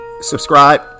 subscribe